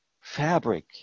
fabric